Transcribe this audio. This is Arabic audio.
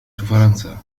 فرنسا